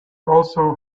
also